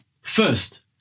first